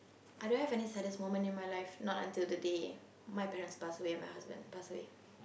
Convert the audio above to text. I don't have any saddest moment in my life not until the day my parents pass away and my husband pass away